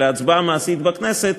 אלא הצבעה מעשית בכנסת,